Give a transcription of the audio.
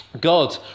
God